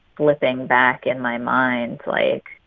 flipping back in my mind, like,